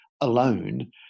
alone